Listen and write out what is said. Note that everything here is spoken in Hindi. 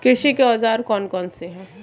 कृषि के औजार कौन कौन से हैं?